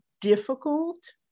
difficult